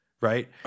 right